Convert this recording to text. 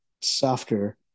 softer